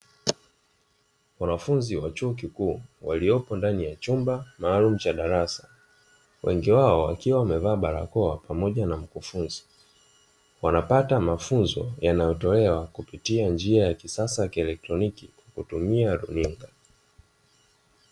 Wanafunzi wa chuo kikuu, waliopo ndani ya chumba maalumu cha darasa, wengi wao wakiwa wamevaa barakoa pamoja na mkufunzi. Wanapata mafunzo yanayotolewa kupitia njia ya kisasa ya kielektroniki kutumia runinga.